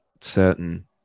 certain